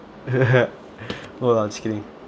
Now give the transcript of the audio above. no lah just kidding